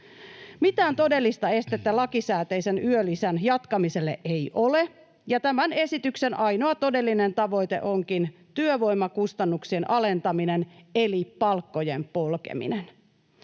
Mitään todellista estettä lakisääteisen yölisän jatkamiselle ei ole, ja tämän esityksen ainoa todellinen tavoite onkin työvoimakustannuksien alentaminen eli palkkojen polkeminen.